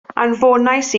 anfonais